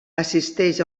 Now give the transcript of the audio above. assisteix